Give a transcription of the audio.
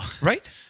Right